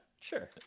sure